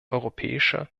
europäischer